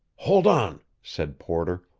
hold on, said porter.